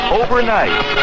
overnight